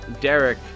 Derek